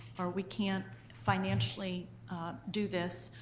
or, we can't financially do this,